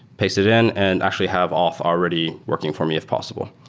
paste it in and actually have auth already working for me if possible.